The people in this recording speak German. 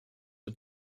und